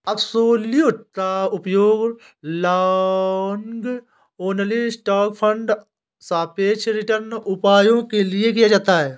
absolute का उपयोग long only stock fund सापेक्ष रिटर्न उपायों के लिए किया जाता है